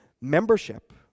membership